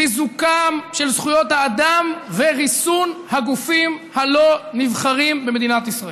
חיזוקן של זכויות האדם וריסון הגופים הלא-נבחרים במדינת ישראל.